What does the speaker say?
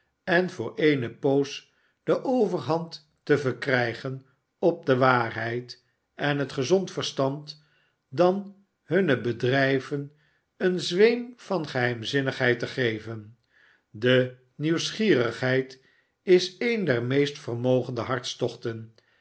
en voor eene poos de overhand te verkrijgen op de waarheid en het gezond verstand dan hunne bedrijven een zweem van geheimzinnigheid te geven de nieuwsgierigheid is een der meest vermogende hartstochten en